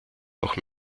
auch